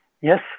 Yes